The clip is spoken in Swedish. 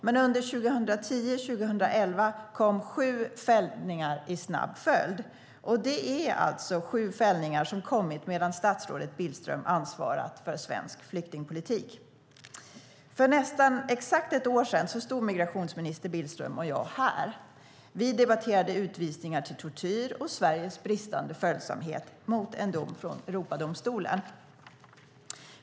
Men åren 2010 och 2011 kom sju fällningar i snabb följd - sju fällningar som alltså kommit under den tid statsrådet Billström ansvarat för svensk flyktingpolitik. För nästan exakt ett år sedan stod migrationsminister Billström och jag här och debatterade dels utvisningar till tortyr, dels Sveriges bristande följsamhet gentemot en dom från Europadomstolen.